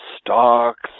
stocks